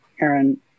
Aaron